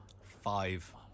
Five